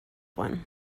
one